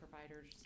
provider's